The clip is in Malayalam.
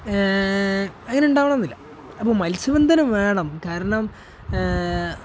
അങ്ങനെയുണ്ടാകണമെന്നില്ല അപ്പോള് മത്സ്യബന്ധനം വേണം കാരണം